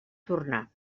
tornar